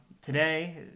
today